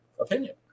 opinion